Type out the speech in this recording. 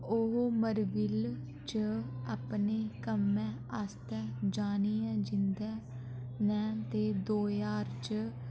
ओह् मरविल्ल च अपने कम्मै आस्तै जानियां जंदियां न ते दो ज्हार च